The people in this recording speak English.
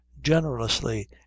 generously